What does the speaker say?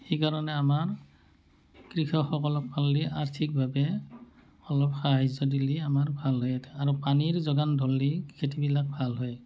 সেইকাৰণে আমাৰ কৃষকসকলক পাৰিলে আৰ্থিকভাৱে অলপ সাহায্য দিলে আমাৰ ভাল হয় ইয়াতে আৰু পানীৰ যোগান ধৰিলে খেতিবিলাক ভাল হয়